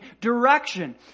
direction